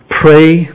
pray